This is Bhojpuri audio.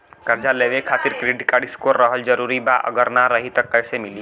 कर्जा लेवे खातिर क्रेडिट स्कोर रहल जरूरी बा अगर ना रही त कैसे मिली?